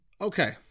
Okay